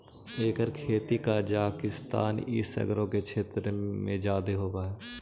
एकर खेती कजाकिस्तान ई सकरो के क्षेत्र सब में जादे होब हई